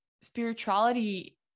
spirituality